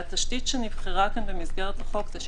והתשתית שנבחרה כאן במסגרת החוק,